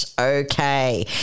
Okay